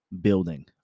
building